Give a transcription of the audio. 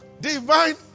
Divine